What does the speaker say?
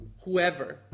whoever